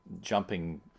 jumping